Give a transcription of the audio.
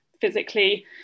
physically